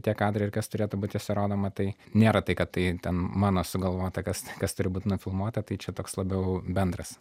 tie kadrai ir kas turėtų būt juose rodoma tai nėra tai kad tai ten mano sugalvota kas kas turi būt nufilmuota tai čia toks labiau bendras